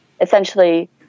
essentially